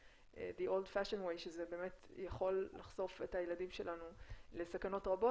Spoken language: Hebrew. בדרך המסורתית שזה באמת יכול לחשוף את הילדים שלנו לסכנות רבות,